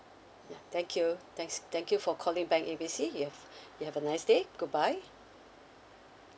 ya thank you thanks thank you for calling bank A B C if you have a nice day goodbye